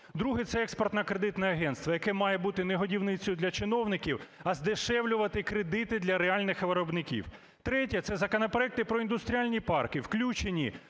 Друге. Це Експортно-кредитне агентство, яке має бути не годівницею для чиновників, а здешевлювати кредити для реальних виробників. Третє. Це законопроекти про індустріальні парки, включені